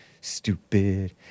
Stupid